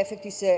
efektni se